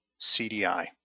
CDI